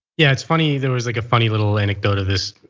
yeah, it's funny there's like a funny little anedote of this.